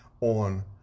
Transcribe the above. on